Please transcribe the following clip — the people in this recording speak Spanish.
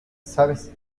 sabes